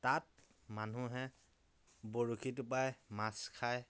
তাত মানুহে বৰশী টোপাই মাছ খায়